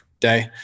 day